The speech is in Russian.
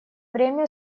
время